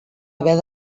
haver